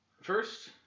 First